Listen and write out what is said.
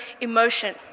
emotion